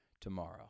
tomorrow